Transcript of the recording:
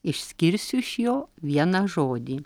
išskirsiu iš jo vieną žodį